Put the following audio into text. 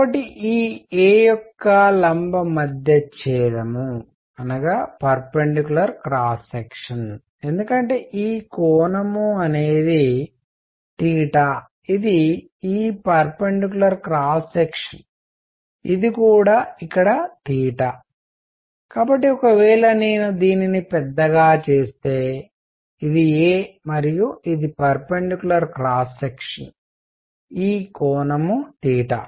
కాబట్టి ఈ a యొక్క లంబ మధ్యఛ్చేదంపర్పెడిక్యులర్ క్రాస్ సెక్షన్ ఎందుకంటే ఈ కోణం అనేది తీటా ఇది ఈ పర్పెడిక్యులర్ క్రాస్ సెక్షన్ ఇది కూడా ఇక్కడ తీటా కాబట్టి ఒకవేళ నేను దీనిని పెద్దగా చేస్తే ఇది a మరియు ఇది పర్పెడిక్యులర్ క్రాస్ సెక్షన్ ఈ కోణం తీటా